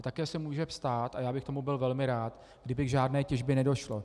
Také se může stát, a já bych tomu byl velmi rád, kdyby k žádné těžbě nedošlo.